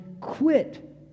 quit